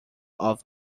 off